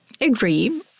Agree